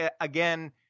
again